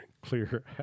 clear